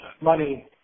money